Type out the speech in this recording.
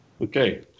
Okay